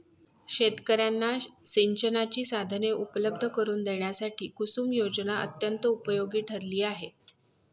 शेतकर्यांना सिंचनाची साधने उपलब्ध करून देण्यासाठी कुसुम योजना अत्यंत उपयोगी ठरली आहे